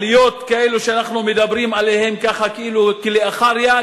עליות כאלו שאנחנו מדברים עליהן כאילו לאחר יד,